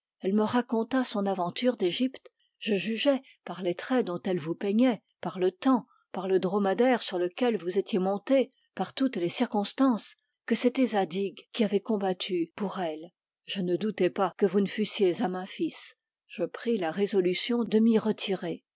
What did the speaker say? elle me raconta son aventure d'egypte je jugeai par les traits dont elle vous peignait par le temps par le dromadaire sur lequel vous étiez monté par toutes les circonstances que c'était zadig qui avait combattu pour elle je ne doutai pas que vous ne fussiez à memphis je pris la résolution de m'y